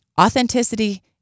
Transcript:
Authenticity